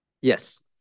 Yes